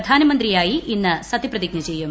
പ്രധാനമന്ത്രിയായി ഇന്ന് സത്യപ്രതിജ്ഞ ചെയ്യും